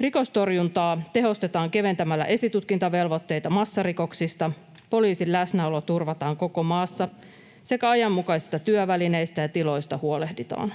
Rikostorjuntaa tehostetaan keventämällä esitutkintavelvoitteita massarikoksista. Poliisin läsnäolo turvataan koko maassa, ja ajanmukaisista työvälineistä ja ‑tiloista huolehditaan.